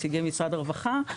נציגי משרד הרווחה,